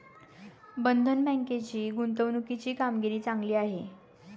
बंधन बँकेची गुंतवणुकीची कामगिरी चांगली आहे